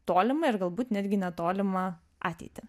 tolimą ir galbūt netgi netolimą ateitį